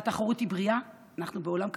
והתחרות היא בריאה, אנחנו בעולם קפיטליסטי,